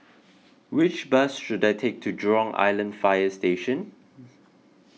which bus should I take to Jurong Island Fire Station